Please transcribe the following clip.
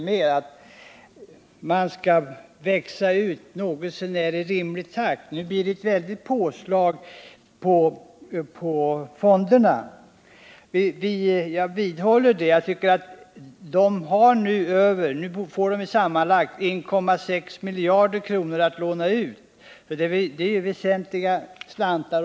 Det här förslaget innebär ett väldigt påslag till fonderna — jag vidhåller det. Nu får de sammanlagt 1,6 miljarder kronor att låna ut. Det är stora slantar.